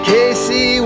Casey